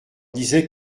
disait